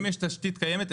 אם יש תשתית קיימת,